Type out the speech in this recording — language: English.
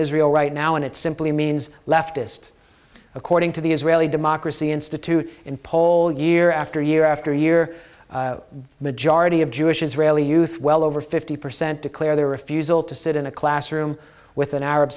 israel right now and it simply means leftists according to the israeli democracy institute in poll year after year after year the majority of jewish israeli youth well over fifty percent declare their refusal to sit in a classroom with an arab